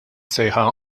sejħa